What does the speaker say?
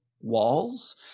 walls